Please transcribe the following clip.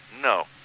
no